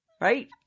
Right